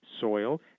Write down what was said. soil